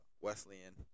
Wesleyan